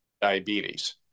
diabetes